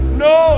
no